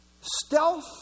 stealth